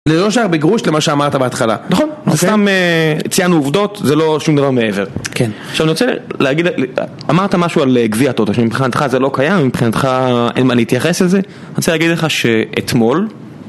ללא שער בגרוש למה שאמרת בהתחלה. נכון. זה סתם ציינו עובדות, זה לא שום דבר מעבר. כן. עכשיו אני רוצה להגיד, אמרת משהו על גביע הטוטו, שמבחינתך זה לא קיים, מבחינתך אין מה להתייחס לזה. אני רוצה להגיד לך שאתמול...